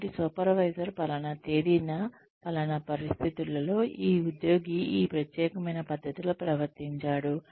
కాబట్టి సూపర్వైజర్ పలాన తేదీన పలాన పరిస్థితులలో ఈ ఉద్యోగి ఈ ప్రత్యేకమైన పద్ధతిలో ప్రవర్తించాడు